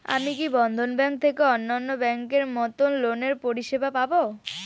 আমি কি বন্ধন ব্যাংক থেকে অন্যান্য ব্যাংক এর মতন লোনের পরিসেবা পাব?